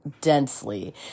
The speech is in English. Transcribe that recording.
densely